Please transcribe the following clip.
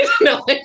no